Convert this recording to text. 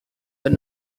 but